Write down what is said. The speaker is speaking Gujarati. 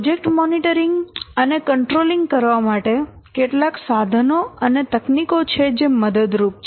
પ્રોજેક્ટ મોનિટરીંગ અને કોન્ટ્રોલિંગ કરવા માટે કેટલાક સાધનો અને તકનીકો છે જે મદદરૂપ છે